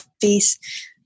face